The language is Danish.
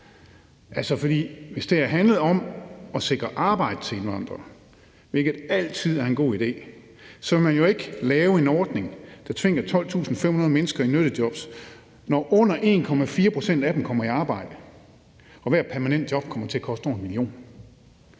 hvis det havde handlet om at sikre arbejde til indvandrere, hvilket altid er en god idé, ville man jo ikke lave en ordning, der tvinger 12.500 mennesker i nyttejob, når under 1,4 pct. af dem kommer i arbejde og hvert permanente job kommer til at koste over 1 mio.